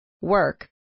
WORK